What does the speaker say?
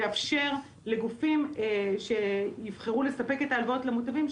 וזה יאפשר לגופים שיבחרו לספק את ההלוואות למוטבים,